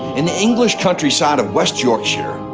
in the english countryside of west yorkshire,